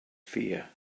fear